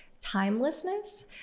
timelessness